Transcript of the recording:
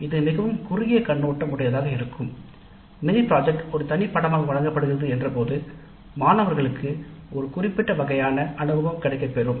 இது மிகவும் குறுகிய கண்ணோட்டம் உடையதாக இருக்கும் மினி திட்டம் ஒரு தனி பாடமாக வழங்கப்படுகிறது என்றபோது மாணவர்களுக்கு ஒரு குறிப்பிட்ட வகையான அனுபவம் கிடைக்கப்பெறும்